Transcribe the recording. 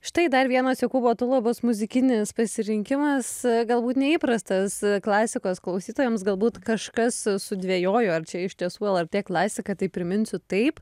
štai dar vienas jokūbo tulabos muzikinis pasirinkimas galbūt neįprastas klasikos klausytojams galbūt kažkas sudvejojo ar čia iš tiesų lrt klasika tai priminsiu taip